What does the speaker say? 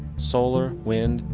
solar, wind,